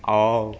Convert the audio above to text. oh